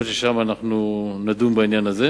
יכול להיות ששם אנו נדון בעניין הזה.